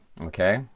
okay